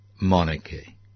monarchy